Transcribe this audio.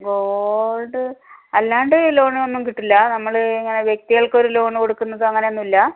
gold അല്ലാണ്ട് loan ഒന്നും കിട്ടില്ല നമ്മള് ഇങ്ങനെ വ്യക്തികൾക്കൊരു ലോണ് കൊടുക്കുന്നത് അങ്ങനെ ഒന്നും ഇല്ലാ